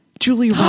Julie